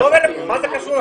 מה זה קשור עכשיו?